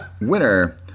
Winner